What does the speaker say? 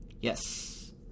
Yes